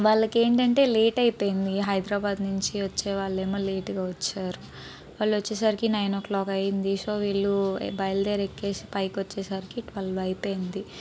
వాళ్లకేంటంటే late అయిపోయింది హైదరాబాద్ నుంచి వచ్చే వాళ్లేమో లేట్గా వచ్చారు వాళ్లొచ్చేసరికి నైన ఓ క్లాక్ అయింది సో వీళ్లు బయలుదేరి ఎక్కేసి పైకొచ్చేసరికి టువెల్వ్ అయిపోయింది